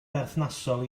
berthnasol